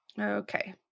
Okay